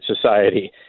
society